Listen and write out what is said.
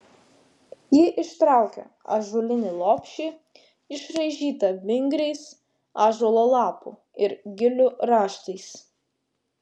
ji ištraukė ąžuolinį lopšį išraižytą vingriais ąžuolo lapų ir gilių raštais